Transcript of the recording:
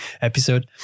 episode